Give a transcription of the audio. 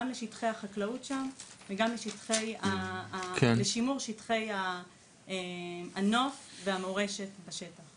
גם לשטחי החקלאות שם וגם לשימור שטחי הנוף והמורשת בשטח.